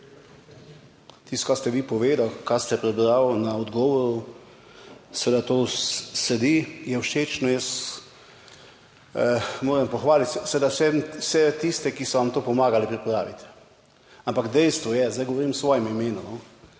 Tisto, kar ste vi povedal, kar ste prebral na odgovoru, seveda to sedi, je všečno. Jaz moram pohvaliti seveda vse tiste, ki so vam to pomagali pripraviti. Ampak dejstvo je, zdaj govorim v svojem imenu,